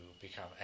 become